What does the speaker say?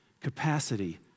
capacity